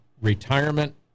retirement